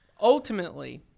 Ultimately